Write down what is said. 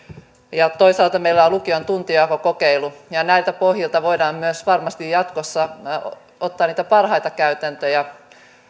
ja toisaalta meillä on lukion tuntijakokokeilu näiltä pohjilta voidaan myös varmasti jatkossa ottaa niitä parhaita käytäntöjä